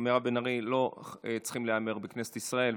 מירב בן ארי לא צריכים להיאמר בכנסת ישראל.